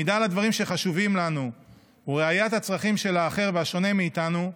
עמידה על הדברים שחשובים לנו וראיית הצרכים של האחר והשונה מאיתנו,